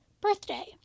birthday